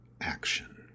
action